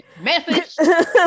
Message